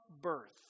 birth